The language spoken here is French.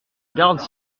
garde